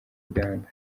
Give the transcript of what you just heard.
uganda